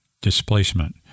displacement